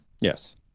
Yes